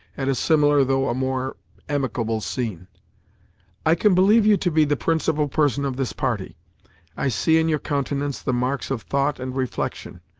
at a similar though a more amicable scene i can believe you to be the principal person of this party i see in your countenance the marks of thought and reflection.